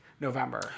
November